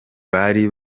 bari